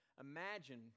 Imagine